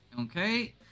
Okay